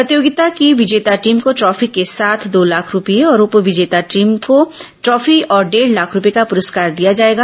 प्रतियोगिता के विजेता टीम को ट्रॉफी के साथ दो लाख रूपये और उप विजेता टीम को ट्रॉफी और डेढ लाख रूपये का प्रस्कार दिया जाएगा